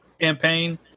campaign